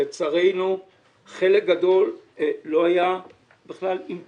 לצערנו חלק גדול לא היה בכלל עם תקינה.